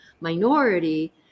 minority